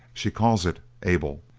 she calls it abel.